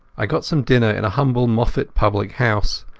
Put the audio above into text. i got some dinner in a humble moffat public-house,